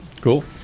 cool